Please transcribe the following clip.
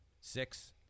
six